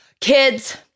Kids